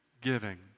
giving